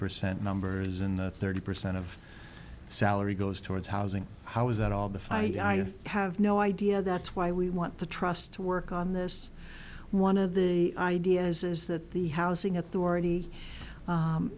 percent numbers in the thirty percent of salary goes towards housing how is that all the fight i have no idea that's why we want the trust to work on this one of the ideas is that the housing authority